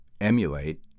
emulate